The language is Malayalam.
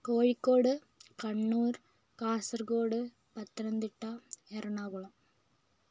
കോഴിക്കോട് കണ്ണൂർ കാസർഗോഡ് പത്തനംതിട്ട എറണാകുളം